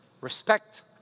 respect